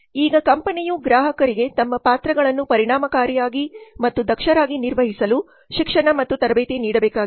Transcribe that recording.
ಈಗ ಕಂಪನಿಯು ಗ್ರಾಹಕರಿಗೆ ತಮ್ಮ ಪಾತ್ರಗಳನ್ನು ಪರಿಣಾಮಕಾರಿಯಾಗಿ ಮತ್ತು ದಕ್ಷರಾಗಿ ನಿರ್ವಹಿಸಲು ಶಿಕ್ಷಣ ಮತ್ತು ತರಬೇತಿ ನೀಡಬೇಕಾಗಿದೆ